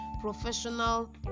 professional